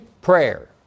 prayer